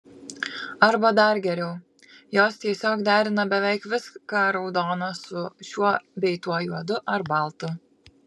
arba dar geriau jos tiesiog derina beveik viską raudoną su šiuo bei tuo juodu ar baltu